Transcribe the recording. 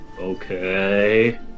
Okay